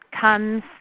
comes